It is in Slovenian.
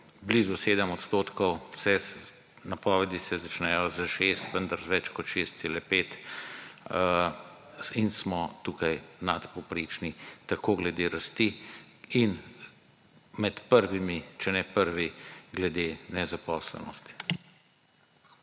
blizu 7 %, vse napovedi se začnejo s 6, vendar z več kot 6,5 in smo tukaj nadpovprečni tako glede rasti in med prvimi, če ne prvi glede nezaposlenosti.